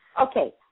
Okay